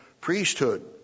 Priesthood